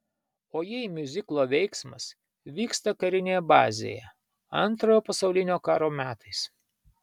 o jei miuziklo veiksmas vyksta karinėje bazėje antrojo pasaulinio karo metais